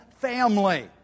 family